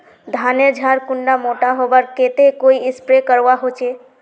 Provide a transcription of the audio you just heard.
धानेर झार कुंडा मोटा होबार केते कोई स्प्रे करवा होचए?